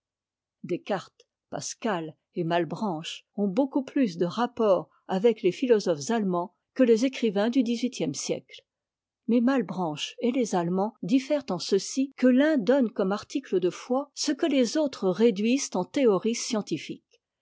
descartes pascal et malebranche ont beaucoup plus dé rapport avec les philosophes ailemands que les écrivains du dix-huitième sièc e mais mâlebranche et les allemands diffèrent en ceci que l'un donne comme article de foi ce que les autres réduisent en théorie scientifique